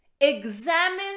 Examine